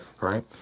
Right